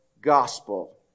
gospel